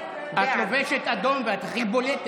בעד